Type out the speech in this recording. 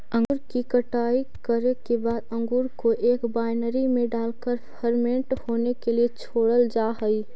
अंगूर की कटाई करे के बाद अंगूर को एक वायनरी में डालकर फर्मेंट होने के लिए छोड़ल जा हई